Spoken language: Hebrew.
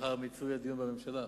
לאחר מיצוי הדיון בממשלה.